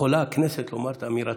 יכולה הכנסת לומר את אמירתה.